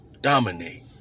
dominate